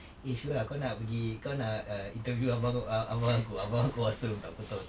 eh shura kau nak pergi kau nak err interview abang ah abang aku abang aku awesome tahu kau tahu tak